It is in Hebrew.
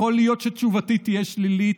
יכול להיות שתשובתי תהיה שלילית.